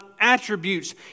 attributes